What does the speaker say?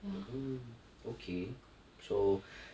mm mm okay so